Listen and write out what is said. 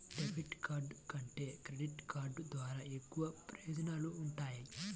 debit card కంటే credit card ద్వారా ఎక్కువ ప్రయోజనాలు వుంటయ్యి